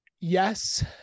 Yes